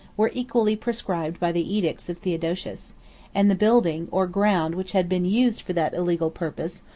were equally proscribed by the edicts of theodosius and the building, or ground, which had been used for that illegal purpose,